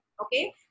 Okay